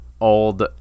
old